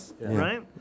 Right